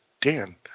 Dan